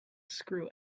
screw